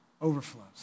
overflows